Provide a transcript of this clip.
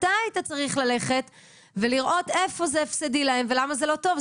אתה היית צריך ללכת ולראות איפה זה הפסדי להם ולמה זה לא טוב.